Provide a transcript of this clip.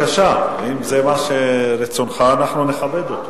בבקשה, אם זה רצונך, אנחנו נכבד אותו.